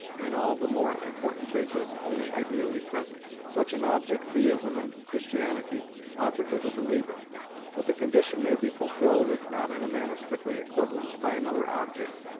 in all the more important cases, only ideally present. such an object theism and christianity offer to the believer but the condition may be fulfilled, if not in a manner strictly equivalent, by another object.